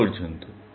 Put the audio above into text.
কি পর্যন্ত